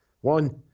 One